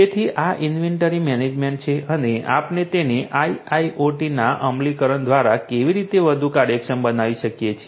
તેથી આ inventory management છે અને આપણે તેને IIoT ના અમલીકરણ દ્વારા કેવી રીતે વધુ કાર્યક્ષમ બનાવી શકીએ છીએ